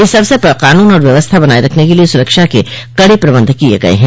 इस अवसर पर कानून और व्यवस्था बनाये रखने के लिए सुरक्षा के कड़े प्रबंध किये गये हैं